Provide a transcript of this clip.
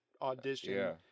audition